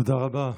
תודה רבה.